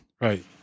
Right